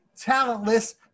talentless